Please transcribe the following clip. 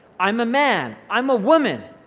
i'm a man, i'm a woman,